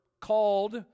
called